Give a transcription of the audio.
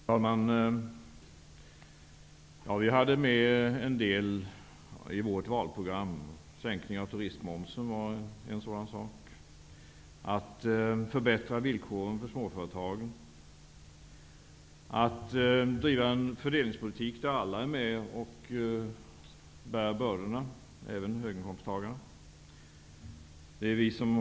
Herr talman! Vi hade med en del i vårt valprogram. Sänkningen av turistmomsen var en sådan sak. Att förbättra villkoren för småföretagen och att driva en fördelningspolitik där alla är med och bär bördorna, även höginkomsttagarna, fanns också med.